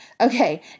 Okay